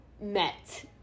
met